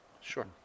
Sure